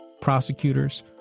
prosecutors